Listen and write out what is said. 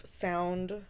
sound